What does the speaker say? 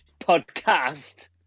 Podcast